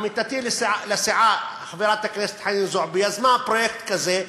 עמיתתי לסיעה חברת הכנסת חנין זועבי יזמה פרויקט כזה,